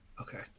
okay